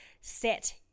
set